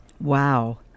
Wow